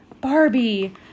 Barbie